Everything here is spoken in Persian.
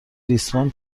ریسمان